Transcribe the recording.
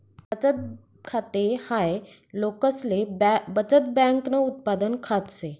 बचत खाते हाय लोकसले बचत बँकन उत्पादन खात से